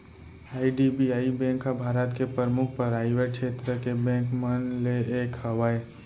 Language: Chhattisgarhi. आई.डी.बी.आई बेंक ह भारत के परमुख पराइवेट छेत्र के बेंक मन म ले एक हवय